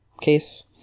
case